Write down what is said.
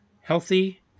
healthy